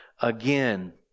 again